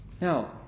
Now